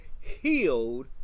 healed